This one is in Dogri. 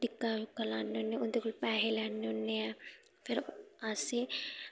टिक्का टुक्का लान्ने होन्ने आं उं'दे कोला पैहे लैन्ने होन्ने ऐं फिर अस